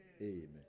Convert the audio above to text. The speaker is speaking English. Amen